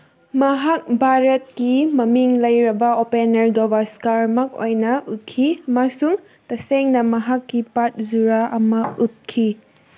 ꯃꯍꯥꯛ ꯚꯥꯔꯠꯀꯤ ꯃꯃꯤꯡ ꯂꯩꯔꯕ ꯑꯣꯄꯦꯅꯔ ꯒꯚꯥꯁꯀꯔꯃꯛ ꯑꯣꯏꯅ ꯎꯈꯤ ꯑꯃꯁꯨꯡ ꯇꯁꯦꯡꯅ ꯃꯍꯥꯛꯀꯤ ꯄꯥꯗ ꯖꯨꯔꯥ ꯑꯃ ꯎꯞꯈꯤ